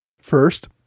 First